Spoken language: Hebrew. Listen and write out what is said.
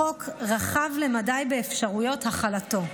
החוק רחב למדי באפשרויות החלתו.